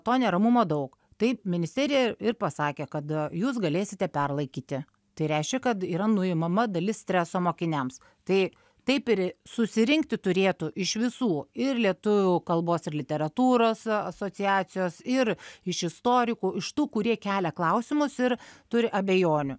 to neramumo daug taip ministerija ir pasakė kada jūs galėsite perlaikyti tai reiškia kad yra nuimama dalis streso mokiniams tai taip ir susirinkti turėtų iš visų ir lietuvių kalbos ir literatūros asociacijos ir iš istorikų iš tų kurie kelia klausimus ir turi abejonių